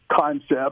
concept